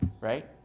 right